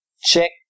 check